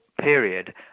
period